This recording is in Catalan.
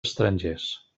estrangers